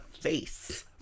face